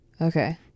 Okay